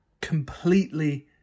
completely